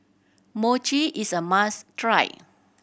mochi is a must try